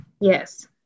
Yes